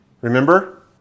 remember